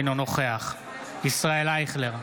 אינו נוכח ישראל אייכלר,